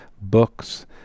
books